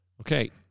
Okay